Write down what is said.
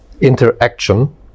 interaction